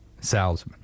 Salzman